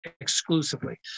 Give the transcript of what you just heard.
exclusively